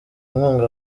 inkunga